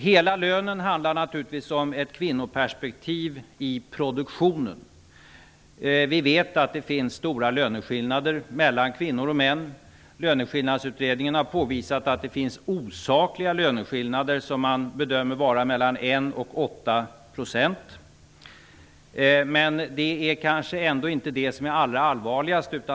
''Hela lönen'' handlar naturligtvis om ett kvinnoperspektiv i produktionen. Vi vet att det finns stora löneskillnader mellan kvinnor och män. Löneskillnadsutredningen har påvisat att det finns osakliga löneskillnader, som man bedömer uppgår till mellan 1 och 8 %. Men det är kanske ändå inte det allra allvarligaste.